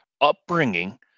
upbringing